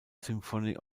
symphony